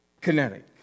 kinetic